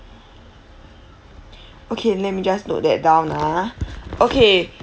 okay let me just note that down ah okay